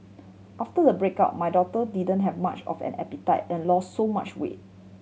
after the breakup my daughter didn't have much of an appetite and lost so much weight